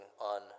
on